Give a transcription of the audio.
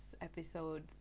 episode